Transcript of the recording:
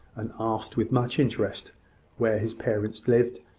and asked with much interest where his parents lived,